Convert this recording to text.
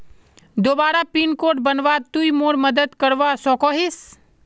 दोबारा pin code बनवात तुई मोर मदद करवा सकोहिस?